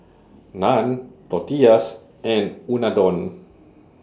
Naan Tortillas and Unadon